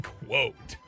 quote